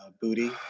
booty